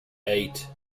eight